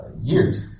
years